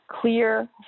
clear